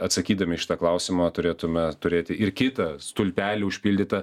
atsakydami į šitą klausimą turėtume turėti ir kitą stulpelį užpildytą